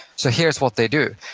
so here's what they do,